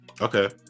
Okay